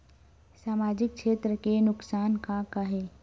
सामाजिक क्षेत्र के नुकसान का का हे?